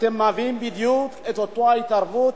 אתם מביאים בדיוק את אותה ההתערבות,